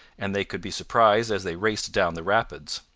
and they could be surprised as they raced down the rapids.